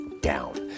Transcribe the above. down